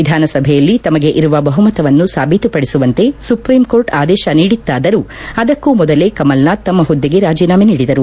ವಿಧಾನ ಸಭೆಯಲ್ಲಿ ತಮಗೆ ಇರುವ ಬಹುಮತವನ್ನು ಸಾಬೀತುಪಡಿಸುವಂತೆ ಸುಪ್ರೀಂಕೋರ್ಟ್ ಆದೇಶ ನೀಡಿತ್ತಾದರೂ ಅದಕ್ಕೂ ಮೊದಲೇ ಕಮಲನಾಥ್ ತಮ್ನ ಹುದ್ಗೆಗೆ ರಾಜೀನಾಮೆ ನೀಡಿದರು